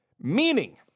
Meaning